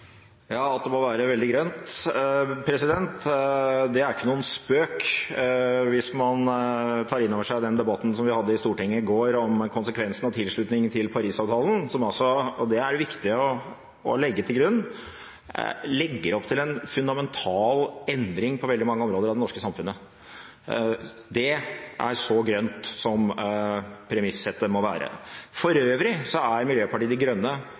At det må være veldig grønt, er ikke noen spøk, hvis man tar inn over seg den debatten som vi hadde i Stortinget i går om konsekvensene av tilslutningen til Paris-avtalen som – og det er viktig å legge til grunn – legger opp til en fundamental endring på veldig mange områder av det norske samfunnet. Det er så grønt som premiss-settet må være. For øvrig er Miljøpartiet De Grønne